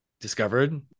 discovered